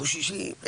חוששים.